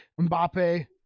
Mbappe